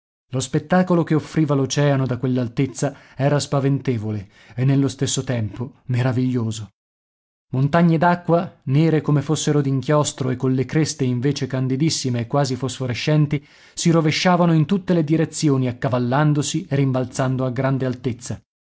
lo spettacolo che offriva l'oceano da quell'altezza era spaventevole e nello stesso tempo meraviglioso montagne d'acqua nere come fossero d'inchiostro e colle creste invece candidissime e quasi fosforescenti si rovesciavano in tutte le direzioni accavallandosi e rimbalzando a grande altezza